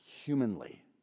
humanly